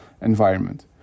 environment